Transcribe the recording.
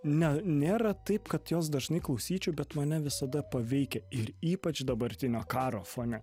ne nėra taip kad jos dažnai klausyčiau bet mane visada paveikia ir ypač dabartinio karo fone